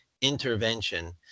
intervention